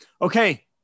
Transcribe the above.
Okay